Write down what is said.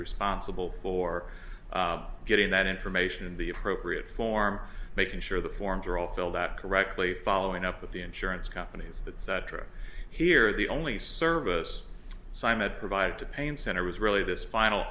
responsible for getting that information in the appropriate form making sure the forms are all filled out correctly following up with the insurance companies etc here the only service simon provided to pain center was really this final